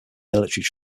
military